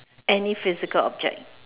any physical object